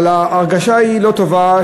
אבל ההרגשה היא לא טובה,